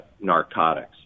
narcotics